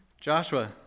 joshua